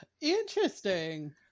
Interesting